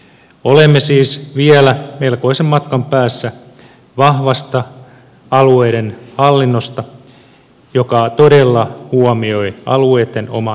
olemme siis vielä melkoisen matkan päässä vahvasta alueiden hallinnosta joka todella huomioi alueitten oman kehittämistahdon